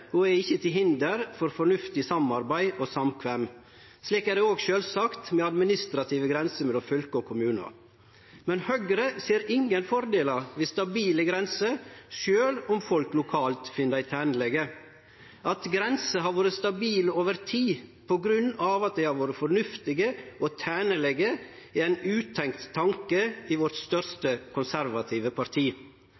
og er ikkje, til hinder for fornuftig samarbeid og samkvem. Slik er det sjølvsagt òg med administrative grenser mellom fylke og kommunar. Men Høgre ser ingen fordelar med stabile grenser, sjølv om folk lokalt finn dei tenlege. At grenser har vore stabile over tid på grunn av at dei har vore fornuftige og tenlege, er ein utenkt tanke i vårt